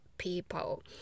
People